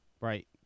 Right